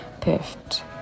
perfect